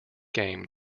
game